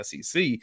SEC